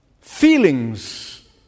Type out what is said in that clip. Feelings